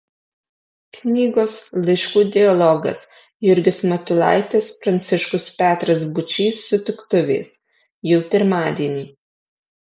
knygos laiškų dialogas jurgis matulaitis pranciškus petras būčys sutiktuvės jau pirmadienį